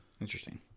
Interesting